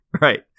right